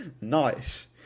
nice